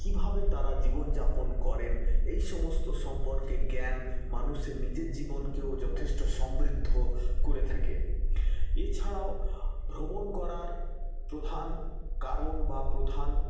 কিভাবে তারা জীবনযাপন করেন এইসমস্ত সম্পর্কে জ্ঞান মানুষের নিজের জীবনকেও যথেষ্ট সমৃদ্ধ করে থাকে এছাড়াও ভ্রমণ করার প্রধান কারণ বা প্রধান